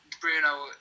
Bruno